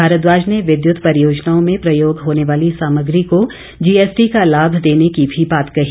भारद्वाज ने विद्युत परियोजनाओं में प्रयोग होने वाली सामग्री को जीएसटी का लाभ देने की भी बात कही